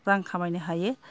रां खामायनो हायो